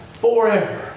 forever